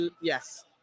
Yes